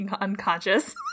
unconscious